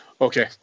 Okay